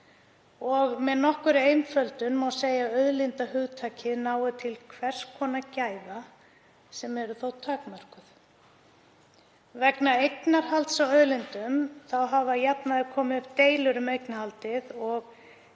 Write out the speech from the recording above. Með nokkurri einföldun má segja að auðlindahugtakið nái til hvers konar gæða sem eru þó takmörkuð. Vegna eignarhalds á auðlindum hafa að jafnaði komið upp deilur um eignarhaldið. Ég